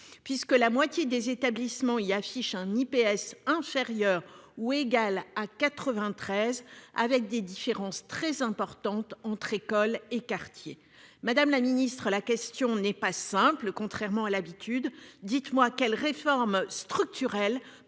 puisque la moitié des établissements y'affichent un IPS inférieur ou égal à 93 avec des différences très importantes entre école et quartiers Madame la Ministre. La question n'est pas simple. Contrairement à l'habitude. Dites-moi quelles réformes structurelles